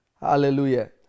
Hallelujah